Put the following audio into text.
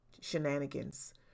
shenanigans